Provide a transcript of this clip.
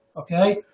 okay